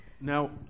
Now